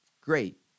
great